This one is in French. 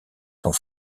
sont